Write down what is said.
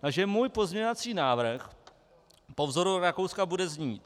Takže můj pozměňovací návrh po vzoru Rakouska bude znít